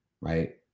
right